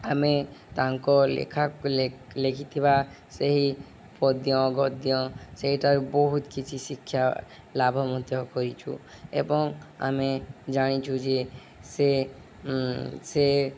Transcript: ଆମେ ତାଙ୍କ ଲେଖା ଲେଖିଥିବା ସେହି ପଦ୍ୟ ଗଦ୍ୟ ସେଇଟାରୁ ବହୁତ କିଛି ଶିକ୍ଷା ଲାଭ ମଧ୍ୟ କରିଛୁ ଏବଂ ଆମେ ଜାଣିଛୁ ଯେ ସେ ସେ